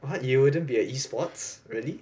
what you wouldn't be a E sports really